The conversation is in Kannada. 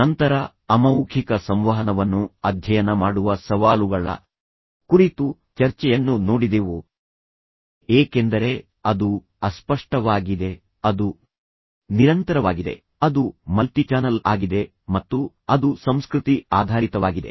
ನಂತರ ಅಮೌಖಿಕ ಸಂವಹನವನ್ನು ಅಧ್ಯಯನ ಮಾಡುವ ಸವಾಲುಗಳ ಕುರಿತು ಚರ್ಚೆಯನ್ನು ನೋಡಿದೆವು ಏಕೆಂದರೆ ಅದು ಅಸ್ಪಷ್ಟವಾಗಿದೆ ಅದು ನಿರಂತರವಾಗಿದೆ ಅದು ಮಲ್ಟಿಚಾನಲ್ ಆಗಿದೆ ಮತ್ತು ಅದು ಸಂಸ್ಕೃತಿ ಆಧಾರಿತವಾಗಿದೆ